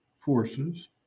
forces